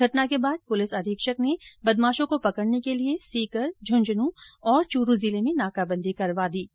घटना के बाद पुलिस अधीक्षक ने बदमाशों को पकड़ने के लिए सीकर झुन्झुन और चूरू जिले में नाकाबंदी करवा दी गई